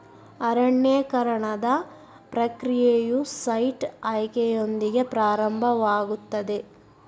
ಅರಣ್ಯೇಕರಣದ ಪ್ರಕ್ರಿಯೆಯು ಸೈಟ್ ಆಯ್ಕೆಯೊಂದಿಗೆ ಪ್ರಾರಂಭವಾಗುತ್ತದೆ